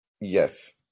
Yes